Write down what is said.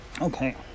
Okay